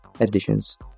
editions